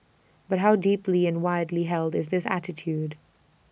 but how deeply and widely held is this attitude